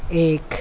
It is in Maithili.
एक